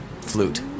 flute